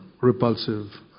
repulsive